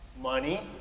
money